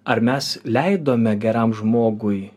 ar mes leidome geram žmogui